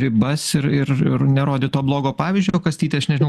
ribas ir ir ir nerodyt to blogo pavyzdžio kastyti aš nežinau